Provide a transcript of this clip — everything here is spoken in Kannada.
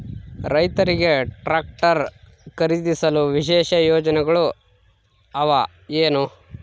ರೈತರಿಗೆ ಟ್ರಾಕ್ಟರ್ ಖರೇದಿಸಲು ವಿಶೇಷ ಯೋಜನೆಗಳು ಅವ ಏನು?